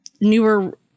newer